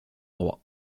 droit